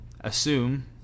assume